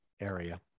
area